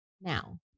now